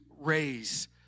raise